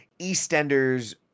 Eastenders